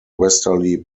westerly